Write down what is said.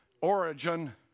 origin